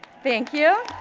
thank you.